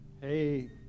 Hey